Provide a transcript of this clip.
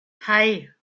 hei